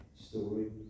story